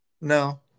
No